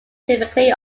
typically